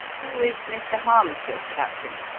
who is mr. harmstead, captain?